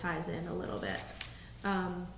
ties in a little bit